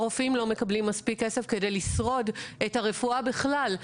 הרופאים לא מקבלים מספיק כסף כדי לשרוד את הרפואה בכלל,